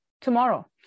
tomorrow